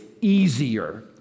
easier